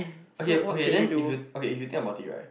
okay okay then if you okay if you think about it right